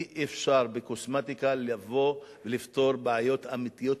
אי-אפשר בקוסמטיקה לבוא ולפתור בעיות אמיתיות,